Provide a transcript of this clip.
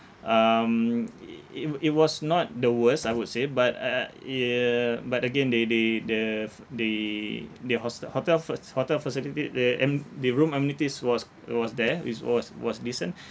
um i~ i~ it it was not the worst I would say but uh uh yeah but again they they the f~ the the hos~ hotel fac~ hotel facility the am~ the room amenities was it was there is was it was decent